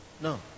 No